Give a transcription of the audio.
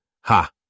Ha